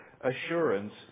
assurance